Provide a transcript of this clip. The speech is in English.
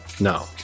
No